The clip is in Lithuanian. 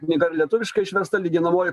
knyga ir lietuviškai išversta lyginamoji